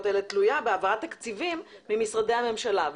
תלויה בהעברת תקציבים ממשרדי הממשלה.